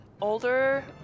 older